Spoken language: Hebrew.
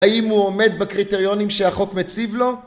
האם הוא עומד בקריטריונים שהחוק מציב לו?